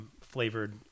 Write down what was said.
flavored